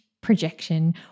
projection